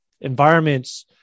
environments